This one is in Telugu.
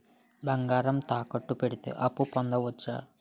బంగారం తాకట్టు కి పెడితే అప్పు పొందవచ్చ?